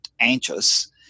anxious